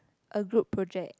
a group project